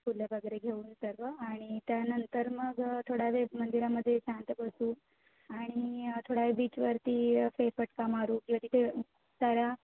फुलं वगैरे घेऊन सर्व आणि त्यानंतर मग थोडावेळ मंदिरामध्ये शांत बसू आणि थोडा बीचवरती फेरफटका मारू किंवा तिथे साऱ्या